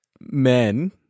men